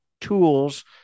tools